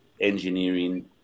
engineering